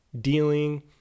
dealing